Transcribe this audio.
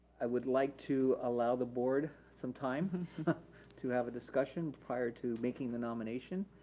i would like to allow the board some time to have a discussion prior to making the nomination.